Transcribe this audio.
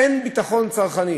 אין ביטחון צרכני.